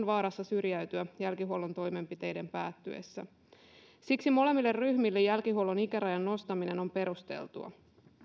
vaarassa syrjäytyä jälkihuollon toimenpiteiden päättyessä siksi jälkihuollon ikärajan nostaminen molemmille ryhmille on perusteltua